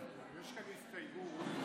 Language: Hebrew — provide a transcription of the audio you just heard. יש כאן הסתייגות,